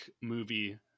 movie